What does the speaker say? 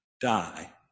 die